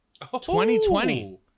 2020